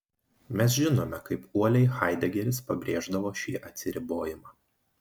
mes žinome kaip uoliai haidegeris pabrėždavo šį atsiribojimą